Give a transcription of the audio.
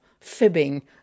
fibbing